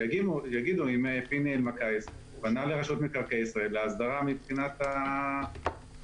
שיגידו האם פיני אלמקייס פנה לרשות מקרקעי ישראל להסדרה מבחינת הוועדות.